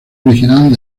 original